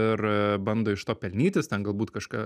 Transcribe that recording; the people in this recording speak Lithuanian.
ir bando iš to pelnytis ten galbūt kažką